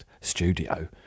studio